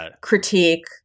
critique